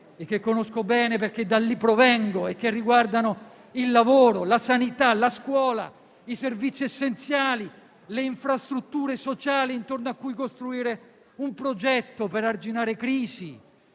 - che conosco bene perché provengo da lì - e che riguardano il lavoro, la sanità, la scuola, i servizi essenziali, le infrastrutture sociali intorno a cui costruire un progetto per arginare crisi